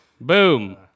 Boom